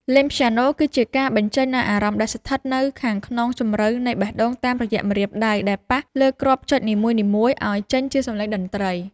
លេងព្យ៉ាណូគឺជាការបញ្ចេញនូវអារម្មណ៍ដែលស្ថិតនៅខាងក្នុងជម្រៅនៃបេះដូងតាមរយៈម្រាមដៃដែលប៉ះលើគ្រាប់ចុចនីមួយៗឱ្យចេញជាសម្លេងតន្ត្រី។